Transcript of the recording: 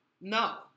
No